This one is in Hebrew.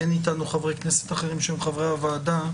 אין איתנו חברי כנסת אחרים שהם חברי הוועדה.